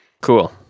Cool